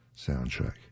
soundtrack